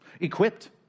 equipped